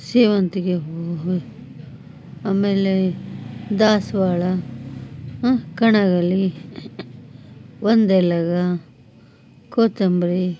ಸೇವಂತಿಗೆ ಹೂವು ಆಮೇಲೆ ದಾಸವಾಳ ಕಣಗಿಲೆ ಒಂದೆಲಗ ಕೋತಂಬರಿ